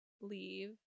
leave